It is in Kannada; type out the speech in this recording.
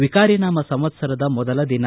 ವಿಕಾರಿ ನಾಮ ಸಂವತ್ಸರದ ಮೊದಲ ದಿನ